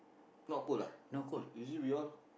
not cold ah is it because